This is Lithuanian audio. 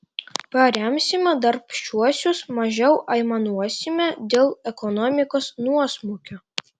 paremsime darbščiuosius mažiau aimanuosime dėl ekonomikos nuosmukio